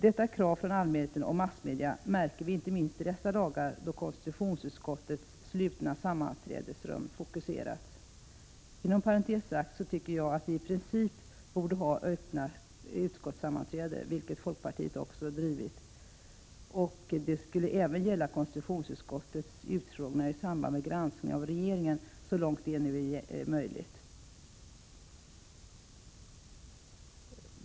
Detta krav från allmänheten och massmedia märker vi inte minst i dessa dagar då konstitutionsutskottets slutna sammanträdesrum fokuserats. Inom parentes sagt tycker jag att vi i princip borde ha öppna utskottssammanträden — denna fråga har folkpartiet drivit — även vid konstitutionsutskottets utfrågningar i samband med granskningen av regeringen, så långt det är möjligt.